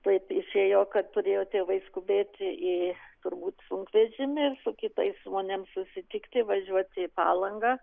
taip išėjo kad turėjo tėvai skubėti į turbūt sunkvežimį ir su kitais žmonėm susitikti ir važiuoti į palangą